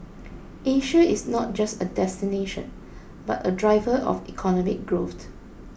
Asia is not just a destination but a driver of economic growth